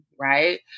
right